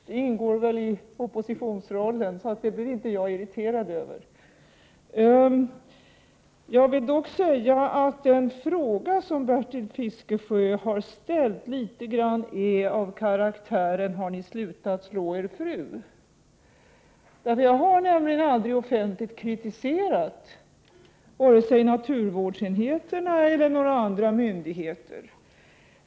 Det ingår i oppositionsrollen, så det blir jag inte irriterad över. Jag vill dock säga att den fråga som Bertil Fiskesjö har ställt är av ungefär samma karaktär som frågan ”Har ni slutat slå er fru?” Jag har nämligen aldrig offentligt kritiserat vare sig naturvårdsenheterna eller några andra myndigheter.